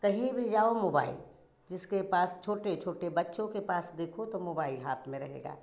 कहीं भी जाओ मोबाइल जिसके पास छोटे छोटे बच्चों के पास देखो तो मोबाइल हाथ में रहेगा